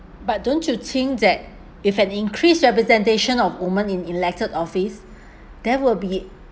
but don't you think that if an increased representation of women in elected office there will be